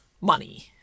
money